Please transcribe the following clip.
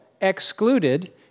excluded